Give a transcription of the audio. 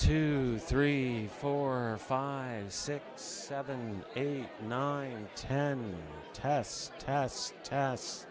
two three four five six seven eight nine ten test test test